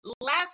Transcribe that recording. last